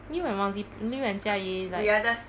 you and mosey you and jia yi like